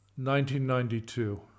1992